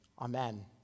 Amen